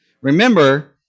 Remember